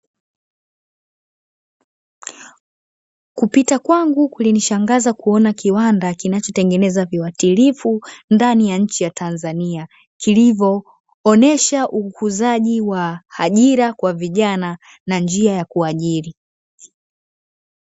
Kupita kwangu kulinishangaza kuona kiwanda kinachotengeneza viuatilifu ndani ya nchi ya Tanzania, kilivyoonesha ukuzaji wa ajira kwa vijana na njia ya kuajiri.